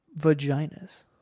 vaginas